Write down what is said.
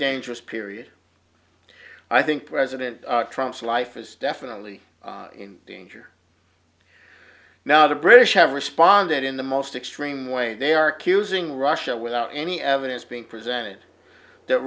dangerous period i think president trumps life is definitely in danger now the british have responded in the most extreme way they are accusing russia without any evidence being presented that